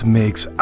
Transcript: makes